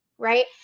Right